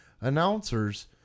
announcers